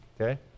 Okay